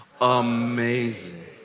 Amazing